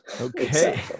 Okay